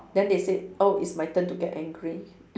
then they said oh it's my turn to get angry